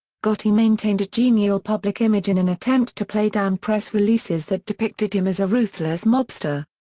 gotti maintained a genial public image in an attempt to play down press releases that depicted him as a ruthless mobster.